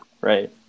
Right